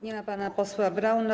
Nie ma pana posła Brauna.